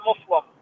Muslim